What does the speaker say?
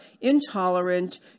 intolerant